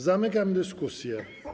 Zamykam dyskusję.